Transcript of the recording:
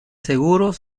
seguros